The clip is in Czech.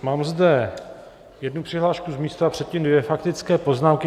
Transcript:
Mám zde jednu přihlášku z místa a předtím dvě faktické poznámky.